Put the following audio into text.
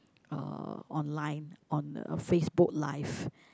uh online on a Facebook live